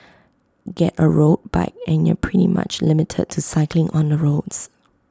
get A road bike and you're pretty much limited to cycling on the roads